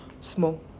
Small